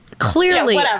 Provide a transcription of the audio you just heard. Clearly